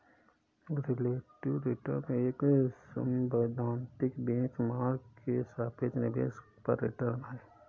relative return एक सैद्धांतिक benchmark के सापेक्ष निवेश पर रिटर्न है